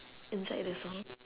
inside the song